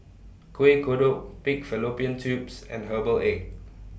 Kuih Kodok Pig Fallopian Tubes and Herbal Egg